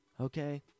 okay